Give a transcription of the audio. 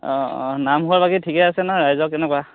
অঁ অঁ নামঘৰ বাকী ঠিকে আছে ন ৰাইজৰ কেনেকুৱা